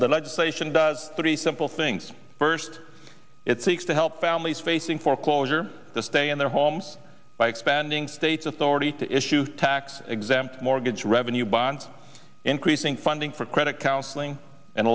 the legislation does three simple things first it seeks to help families facing foreclosure the stay in their homes by expanding state's authority to issue tax exempt mortgage revenue bonds increasing funding for credit counseling and